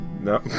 No